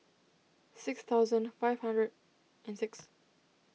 six thousand five hundred and six